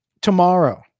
tomorrow